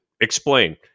Explain